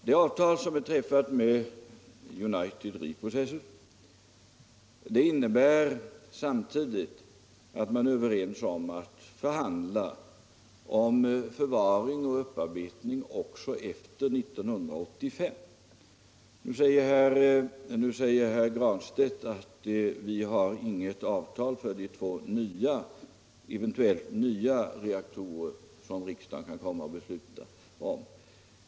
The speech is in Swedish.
Det avtal som är träffat med United Reprocessors innebär samtidigt att man är överens om att förhandla om förvaring och upparbetning också efter 1985. Nu säger herr Granstedt att vi inte har något avtal för de två nya reaktorer som riksdagen eventuellt kan komma att besluta om.